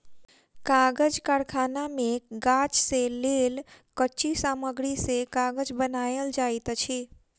कागज़ कारखाना मे गाछ से लेल कच्ची सामग्री से कागज़ बनायल जाइत अछि